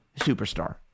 superstar